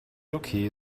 okay